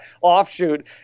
offshoot